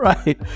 Right